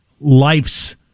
life's